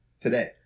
today